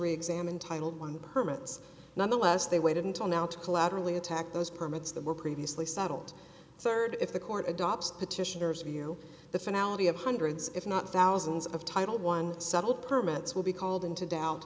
re examine titled one permits nonetheless they waited until now to collaterally attack those permits that were previously settled rd if the court adopts petitioners view the finality of hundreds if not thousands of title one settled permits will be called into doubt